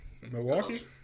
Milwaukee